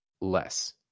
less